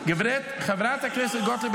--- חברת הכנסת גוטליב,